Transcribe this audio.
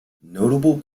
notable